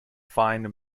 fine